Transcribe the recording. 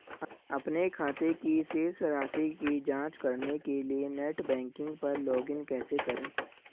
अपने खाते की शेष राशि की जांच करने के लिए नेट बैंकिंग पर लॉगइन कैसे करें?